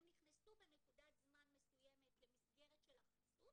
הם נכנסו בנקודת זמן מסוימת למסגרת של החסות